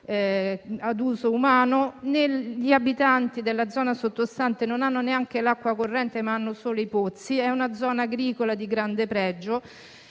ad uso umano, gli abitanti della zona sottostante non hanno neanche l'acqua corrente, ma hanno solo i pozzi. È una zona agricola di grande pregio.